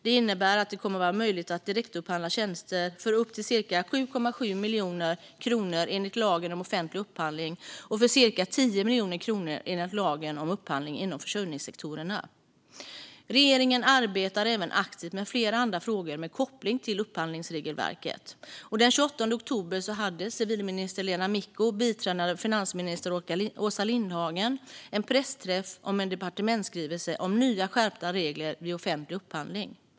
Det innebär att det kommer att vara möjligt att direktupphandla tjänster för upp till cirka 7,7 miljoner kronor enligt lagen om offentlig upphandling och för cirka 10 miljoner kronor enligt lagen om upphandling inom försörjningssektorerna. Regeringen arbetar även aktivt med flera andra frågor med koppling till upphandlingsregelverket. Den 28 oktober hade civilminister Lena Micko och biträdande finansminister Åsa Lindhagen en pressträff om en departementsskrivelse om nya skärpta regler vid offentlig upphandling.